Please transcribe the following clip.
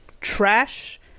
Trash